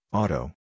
auto